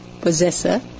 possessor